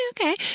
okay